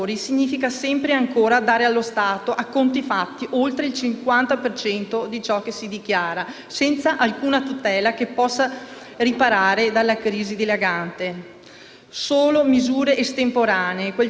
riparare dalla crisi dilagante. Vediamo solo misure estemporanee, quel tanto che basta per non compromettere troppo l'esito delle future elezioni, per riuscire a tenere almeno la testa fuori dall'acqua.